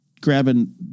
grabbing